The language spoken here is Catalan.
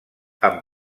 amb